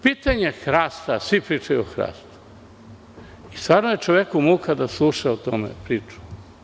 Pitanje hrasta, svi pričaju o hrastu i stvarno je čoveku muka da sluša tu priču.